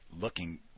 looking